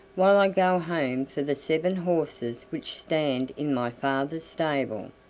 while i go home for the seven horses which stand in my father's stable,